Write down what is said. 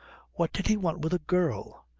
what did he want with a girl?